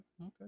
okay